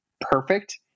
perfect